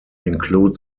include